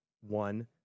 one